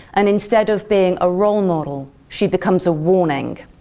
and instead of being a role model, she becomes a warning.